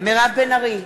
מירב בן ארי,